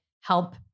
help